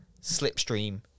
slipstream